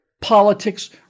politics